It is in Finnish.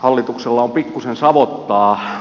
hallituksella on pikkuisen savottaa